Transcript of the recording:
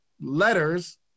letters